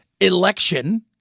election